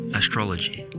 astrology